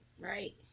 right